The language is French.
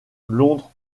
londres